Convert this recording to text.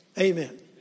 Amen